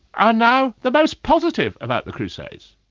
are now the most positive about the crusades.